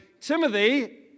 Timothy